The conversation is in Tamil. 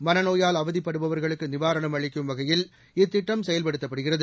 மனநோயால் அவதிப்படுபவர்களுக்கு நிவாரணம் அளிக்கும் வகையில் இத்திட்டம் செயல்படுத்தப்படுகிறது